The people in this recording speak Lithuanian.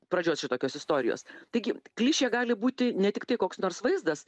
pradžios šitokios istorijos taigi klišė gali būti ne tik tai koks nors vaizdas